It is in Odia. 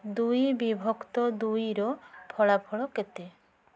ଦୁଇ ବିଭକ୍ତ ଦୁଇର ଫଳାଫଳ କେତେ